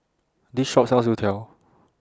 This Shop sells Youtiao